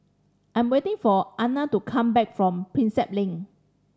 I am waiting for Anona to come back from Prinsep Link